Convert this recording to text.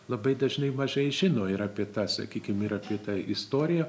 labai dažnai mažai žino ir apie tą sakykim ir apie tą istoriją